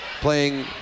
playing